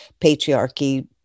patriarchy